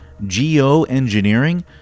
Geoengineering